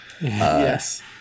Yes